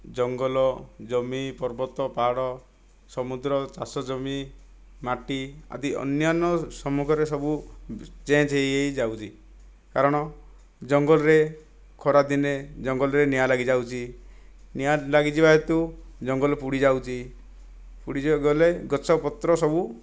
ଜଙ୍ଗଲ ଜମି ପର୍ବତ ପାହାଡ଼ ସମୁଦ୍ର ଚାଷ ଜମି ମାଟି ଆଦି ଅନ୍ୟାନ୍ୟ ସମ୍ମୁଖରେ ସବୁ ଚେଞ୍ଜ ହୋଇ ହୋଇଯାଉଛି କାରଣ ଜଙ୍ଗଲରେ ଖରାଦିନେ ଜଙ୍ଗଲରେ ନିଆଁ ଲାଗିଯାଉଛି ନିଆଁ ଲାଗି ଯିବା ହେତୁ ଜଙ୍ଗଲ ପୋଡ଼ିଯାଉଛି ପୋଡ଼ିଯିବା କହିଲେ ଗଛପତ୍ର ସବୁ